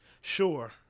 Sure